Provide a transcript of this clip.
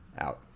out